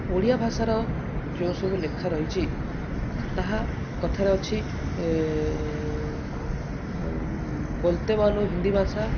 ଓଡ଼ିଆ ଭାଷାର ଯେଉଁସବୁ ଲେଖା ରହିଛି ତାହା କଥାରେ ଅଛି ବୋଲତେ ବାଲ ହିନ୍ଦି ଭାଷା